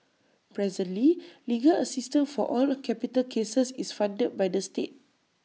presently legal assistance for all capital cases is funded by the state